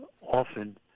often